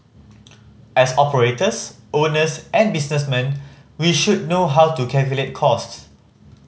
as operators owners and businessmen we should know how to calculate costs